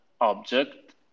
object